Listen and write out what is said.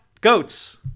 Goats